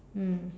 mm